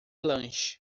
lanche